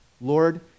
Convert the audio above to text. Lord